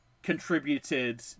contributed